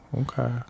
okay